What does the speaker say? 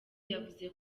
yavuze